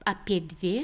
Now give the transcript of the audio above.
apie dvi